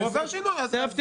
תיכף תראו.